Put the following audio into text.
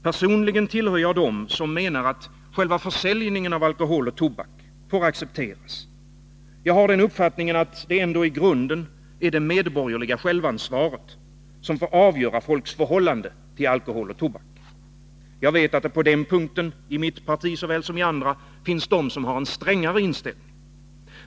Personligen tillhör jag dem som menar att själva försäljningen av alkohol och tobak får accepteras. Jag har den uppfattningen att det ändå i grunden är det medborgerliga självansvaret som får avgöra folks förhållande till alkohol och tobak. Jag vet att det på den punkten, i mitt parti såväl som i andra, finns de som har en strängare inställning.